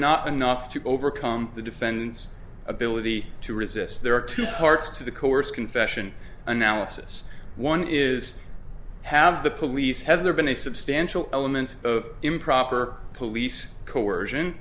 not enough to overcome the defendant's ability to resist there are two parts to the coerced confession analysis one is have the police has there been a substantial element of improper police coersion